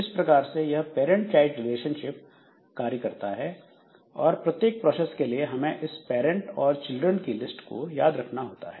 इस प्रकार से यह पैरंट चाइल्ड रिलेशनशिप कार्य करता है और प्रत्येक प्रोसेस के लिए हमें इस पैरेंट और चिल्ड्रन की लिस्ट को याद रखना होता है